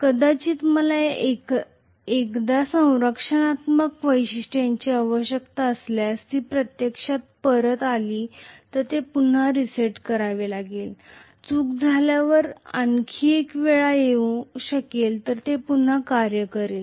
कदाचित मला एकदा संरक्षणात्मक वैशिष्ट्याची आवश्यकता असल्यास ती प्रत्यक्षात परत आली तर पुन्हा ते रीसेट करावे लागेल चूक झाल्यावर आणखी एक वेळ येऊ शकेल तर ते पुन्हा कार्य करेल